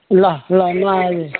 ल ल म आएँ